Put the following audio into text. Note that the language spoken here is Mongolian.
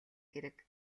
хэрэг